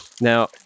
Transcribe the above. now